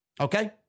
okay